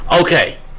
okay